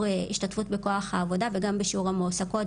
השתתפות בכוח העבודה וגם בשיעור המועסקות,